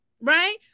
right